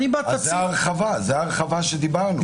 נכון, אני בעד --- אז זאת ההרחבה שדיברנו עליה.